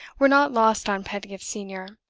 were not lost on pedgift senior.